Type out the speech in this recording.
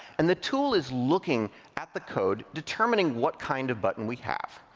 and the tool is looking at the code, determining what kind of button we have.